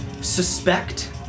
suspect